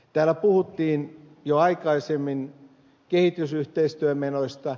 täällä puhuttiin aikaisemmin kehitysyhteistyömenoista